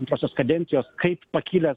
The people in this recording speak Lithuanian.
antrosios kadencijos kaip pakilęs